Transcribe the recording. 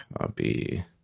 copy